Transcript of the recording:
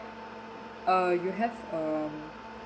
uh you have um